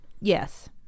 yes